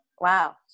wow